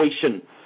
situation